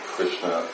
Krishna